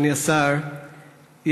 אדוני השר,